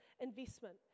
investment